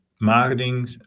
marketing